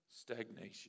stagnation